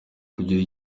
kugira